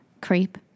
creep